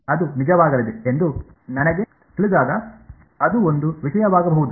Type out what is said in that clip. ಅದು ನಿಜವಾಗಲಿದೆ ಎಂದು ನನಗೆ ತಿಳಿದಾಗ ಅದು ಒಂದು ವಿಷಯವಾಗಬಹುದು